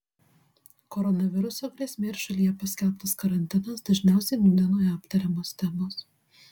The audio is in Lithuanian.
koronaviruso grėsmė ir šalyje paskelbtas karantinas dažniausiai nūdienoje aptariamos temos